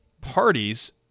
parties